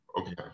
okay